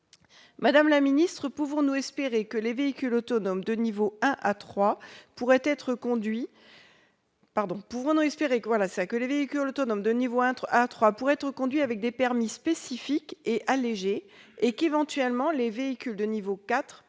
Madame la ministre, pouvons-nous espérer que les véhicules autonomes de niveaux 1 à 3 pourront être conduits avec des permis spécifiques et allégés ? Le cas échéant, les véhicules de niveau 4